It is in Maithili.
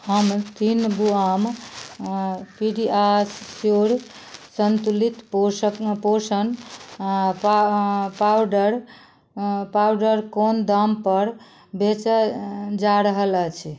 हम तीन बुआम पीडिआश्योर संतुलित पोषक पोषण पा पाउडर पाउडर कोन दामपर बेचल जा रहल अछि